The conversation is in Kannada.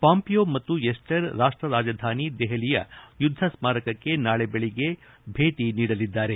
ಪಾಂಪಿಯೋ ಮತ್ತು ಎಸ್ಪರ್ ರಾಷ್ಟ ರಾಜಧಾನಿ ದೆಹಲಿಯ ಯುದ್ದ ಸ್ಮಾರಕಕ್ಕೆ ನಾಳೆ ಬೆಳಗ್ಗೆ ಭೇಟಿ ನೀಡಲಿದ್ದಾರೆ